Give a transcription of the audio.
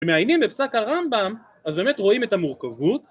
‫שמעיינים בפסק הרמב״ם, ‫אז באמת רואים את המורכבות.